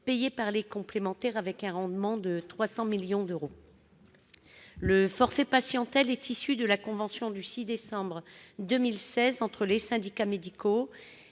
payée par les complémentaires, avec un rendement de 300 millions d'euros. Le forfait patientèle est issu de la convention du 6 décembre 2016 conclue entre les syndicats médicaux,